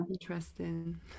Interesting